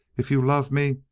if you love me,